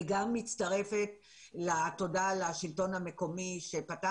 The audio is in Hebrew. אני גם מצטרפת לתודה לשלטון המקומי שפתח